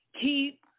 keep